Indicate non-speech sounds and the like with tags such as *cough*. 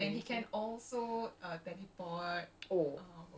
I was like !huh! macam-macamnya power dia *laughs*